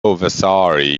vasari